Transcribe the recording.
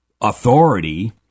authority